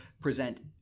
present